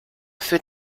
für